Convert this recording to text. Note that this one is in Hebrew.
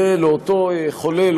תהיה לאותו חולה,